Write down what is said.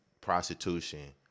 prostitution